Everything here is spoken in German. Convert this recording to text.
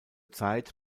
zeit